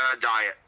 diet